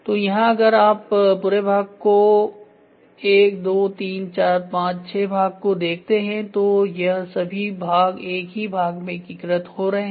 तो यहाँ अगर आप पूरे भाग को या 1 2 3 4 5 6 भाग को देखते हैं तो यह सभी भाग एक ही भाग में एकीकृत हो रहे हैं